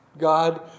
God